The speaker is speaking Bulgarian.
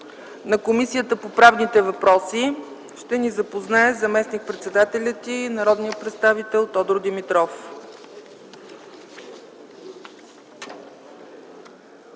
на Комисията по правни въпроси ще ни запознае заместник-председателят й - народният представител Тодор Димитров.